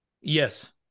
Yes